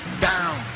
down